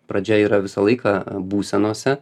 pradžia yra visą laiką būsenose